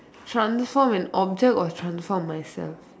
transform an object or transform myself